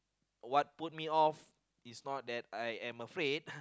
what put me off is not that I am afraid